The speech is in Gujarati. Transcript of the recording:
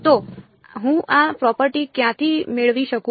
તો હું આ પ્રોપર્ટી ક્યાંથી મેળવી શકું